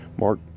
Mark